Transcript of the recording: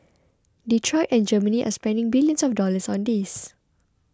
Detroit and Germany are spending billions of dollars on this